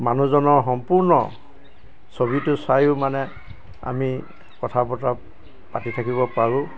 মানুহজনৰ সম্পূৰ্ণ ছবিটো চায়ো মানে আমি কথা বতৰা পাতি থাকিব পাৰোঁ